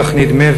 כך נדמה,